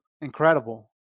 incredible